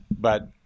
But-